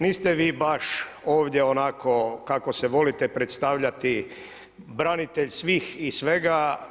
Niste vi baš ovdje onako kako se volite predstavljati branitelj svih i svega.